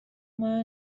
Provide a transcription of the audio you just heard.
منو